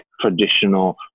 traditional